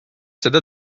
seda